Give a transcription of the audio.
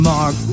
Mark